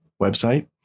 website